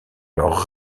leur